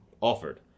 Offered